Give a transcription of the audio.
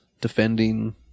defending